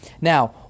Now